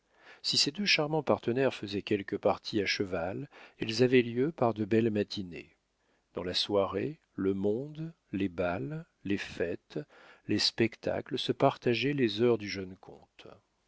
si ces deux charmants partenaires faisaient quelques parties à cheval elles avaient lieu par de belles matinées dans la soirée le monde les bals les fêtes les spectacles se partageaient les heures du jeune comte